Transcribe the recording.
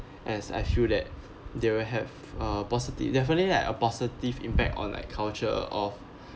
as I feel that they will have a positive definitely like a positive impact on like culture of